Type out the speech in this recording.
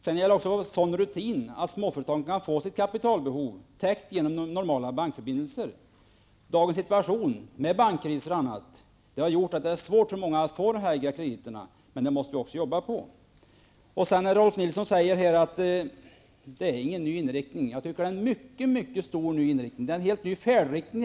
Sedan gäller det att få sådana rutiner att småföretagen kan få sitt kapitalbehov täckt genom normala bankförbindelser. Dagens situation, med bankkriser och annat, har gjort att det är svårt för många att få nya krediter. Men där måste vi jobba på. Rolf L Nilson säger att det inte är någon ny inriktning. Jag tycker att det är en mycket klar ny inriktning; det är en helt ny färdriktning.